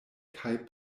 kaj